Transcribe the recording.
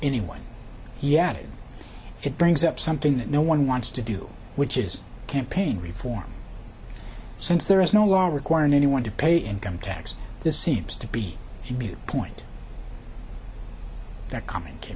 anyone yet it brings up something that no one wants to do which is campaign reform since there is no law requiring anyone to pay income tax this seems to be you point that comment came